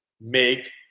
make